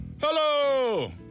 Hello